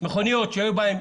מכוניות שהיו בהן